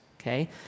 okay